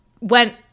went